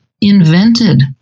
invented